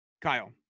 Kyle